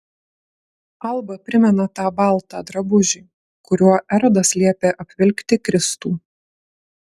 alba primena tą baltą drabužį kuriuo erodas liepė apvilkti kristų